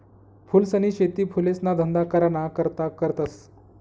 फूलसनी शेती फुलेसना धंदा कराना करता करतस